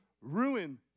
ruin